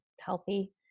healthy